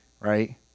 right